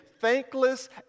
thankless